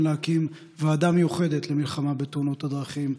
להקים ועדה מיוחדת למלחמה בתאונות הדרכים.